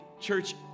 church